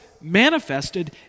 manifested